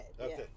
Okay